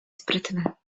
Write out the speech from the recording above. sprytne